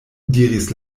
diris